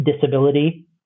disability